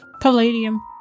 Palladium